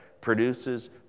produces